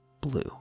blue